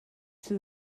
sydd